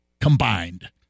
combined